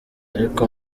ariko